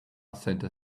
center